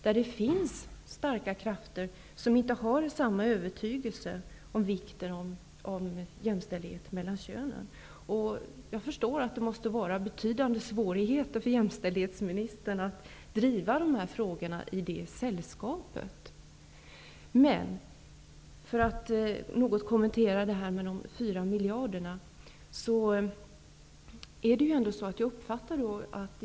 Det finns i regeringen starka krafter som inte har samma övertygelse om vikten av jämställdhet mellan könen. Jag förstår att det måste vara stora svårigheter för jämställdhetsministern att driva dessa frågor i det sällskapet. Jag skall något kommentera detta med de 4 miljarderna.